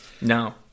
No